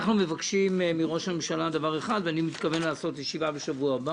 אנחנו מבקשים מראש הממשלה דבר אחד ואני מתכוון לעשות ישיבה בשבוע הבא